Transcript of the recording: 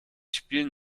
spielen